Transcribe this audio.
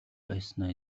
байснаа